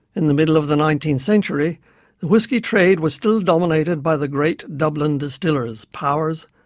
in the middle of the nineteenth century the whiskey trade was still dominated by the great dublin distillers, powers,